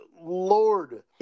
Lord